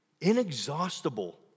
Inexhaustible